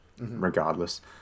regardless